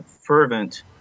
fervent